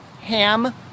Ham